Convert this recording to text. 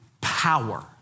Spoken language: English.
power